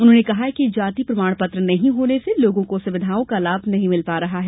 उन्होंने कहा कि जाति प्रमाणपत्र नहीं होने से लोगों को सुविधाओं का लाभ नहीं मिल पा रहा है